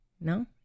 No